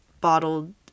bottled